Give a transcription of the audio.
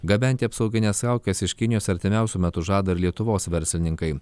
gabenti apsaugines kaukes iš kinijos artimiausiu metu žada ir lietuvos verslininkai